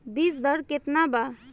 बीज दर केतना वा?